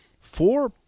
Four